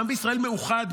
העם בישראל מאוחד,